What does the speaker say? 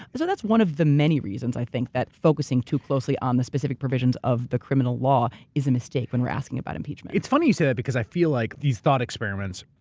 so that's one of the many reasons i think that focusing too closely on the specific provisions of the criminal law is a mistake when we're asking about impeachment. it's funny you say that because i feel like these thought experiments,